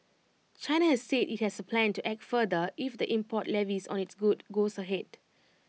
China has said IT has A plan to act further if the import levies on its goods goes ahead